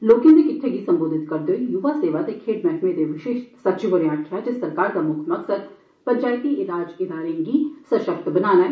लोकें दे किट्ठे गी संबोधित करदे होई युवा सेवां ते खेड़ मैह्कमें दे विशेष सचिव होरें आक्खेआ जे सरकार दा मुक्ख मकसद पंचैती राज इदारे गी सशक्त बनाना ऐ